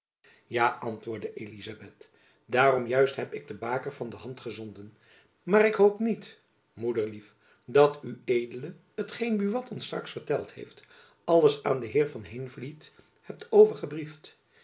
ja antwoordde elizabeth daarom juist heb ik de baker van de hand gezonden maar ik hoop toch niet moederlief dat ued hetgeen buat ons straks verteld heeft alles aan den heer van heenvliet hebt